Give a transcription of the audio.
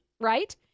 right